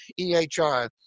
EHR